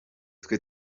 twe